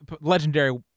legendary